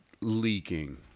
leaking